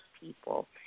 people